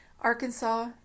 Arkansas